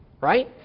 right